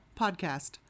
podcast